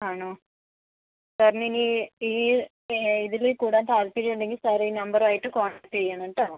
ആണോ സാറിന് ഇനി ഈ ഇതിൽ കൂടാൻ താൽപ്പര്യം ഉണ്ടെങ്കിൽ സർ ഈ നമ്പറും ആയിട്ട് കോൺടാക്ട് ചെയ്യണം കേട്ടോ